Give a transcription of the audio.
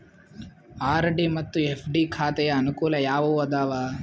RD ಮತ್ತು FD ಖಾತೆಯ ಅನುಕೂಲ ಯಾವುವು ಅದಾವ?